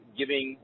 giving